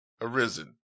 arisen